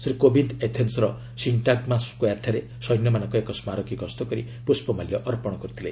ଶ୍ରୀ କୋବିନ୍ ଏଥେନ୍ସର ସିଣ୍ଟାଗମା ସ୍କୋୟାର୍ଠାରେ ସୈନ୍ୟମାନଙ୍କ ଏକ ସ୍କାରକୀ ଗସ୍ତ କରି ପୁଷ୍ପମାଲ୍ୟ ଅର୍ପଣ କରିଥିଲେ